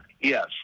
yes